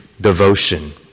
devotion